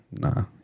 Nah